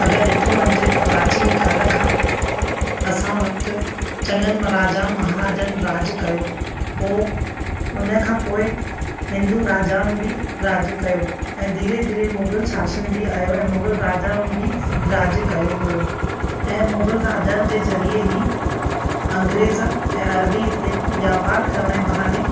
अगरि ॾिठो वञिजे त प्राचीन काल खां असां वटि चङनि राजाउनि महाराजउनि राज कयो पोइ उन खां पोइ हिंदू राजाउनि बि राज कयो ऐं धीरे धीरे मुग़ल शासन बि आहियो ऐं मुग़ल राजाउनि बि राज कयो हुयो ऐं मुग़ल राजाउनि जे ज़रिए ई अंग्रेज़ ऐं अरबी हिते वापारु करण जे बहाने